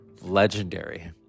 legendary